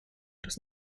des